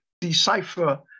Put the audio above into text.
decipher